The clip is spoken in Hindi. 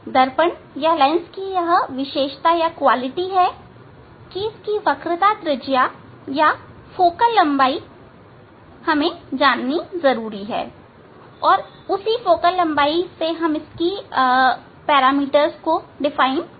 दर्पण या लेंस की विशेषताएं इसकी वक्रता त्रिज्या या फोकल लंबाई के रूप में बताई जाती हैं